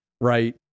Right